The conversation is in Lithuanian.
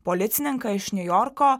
policininką iš niujorko